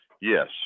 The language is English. yes